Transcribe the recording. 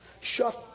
Shut